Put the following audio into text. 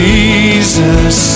Jesus